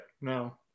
no